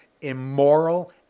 immoral